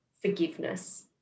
forgiveness